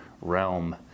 realm